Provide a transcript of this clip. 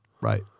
Right